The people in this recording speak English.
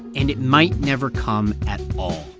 and it might never come at all